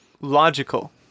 logical